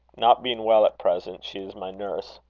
not being well at present, she is my nurse.